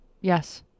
Yes